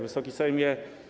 Wysoki Sejmie!